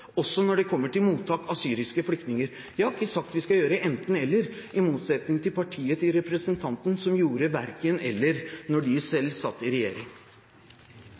også helt på topp når det gjelder mottak av syriske flyktninger. Vi har ikke sagt at vi skal gjøre enten–eller, i motsetning til partiet til representanten, som gjorde verken–eller mens de selv satt i regjering.